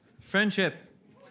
friendship